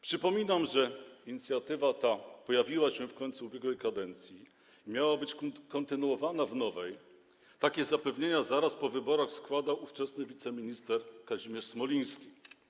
Przypominam, że inicjatywa ta pojawiła się w końcu ubiegłej kadencji, miała być kontynuowana w nowej - takie zapewnienia zaraz po wyborach składał ówczesny wiceminister Kazimierz Smoliński.